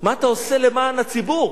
מה אתה עושה למען הציבור,